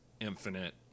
infinite